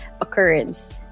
occurrence